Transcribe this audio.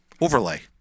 overlay